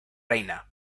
reina